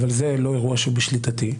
אבל זה אירוע שלא בשליטתי.